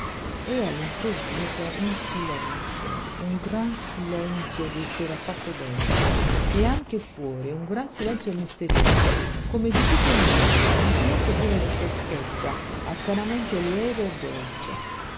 e all'improvviso un silenzio un gran silenzio gli s'era fatto dentro e anche fuori un gran silenzio misterioso come di tutto il mondo un silenzio pieno di freschezza arcanamente lieve e dolce